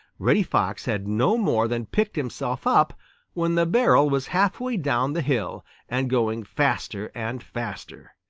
reddy fox had no more than picked himself up when the barrel was half way down the hill and going faster and faster.